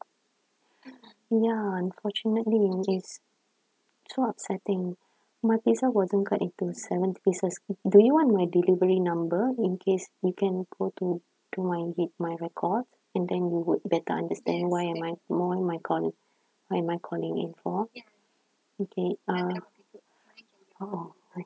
ya unfortunately is so upsetting my pizza wasn't cut into seven pieces do you want my delivery number in case you can go to to my read my record and then you would better understand what am I more on my ca~ why am I calling in for okay uh oh